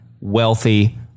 wealthy